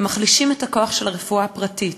ומחלישים את הכוח של הרפואה הפרטית,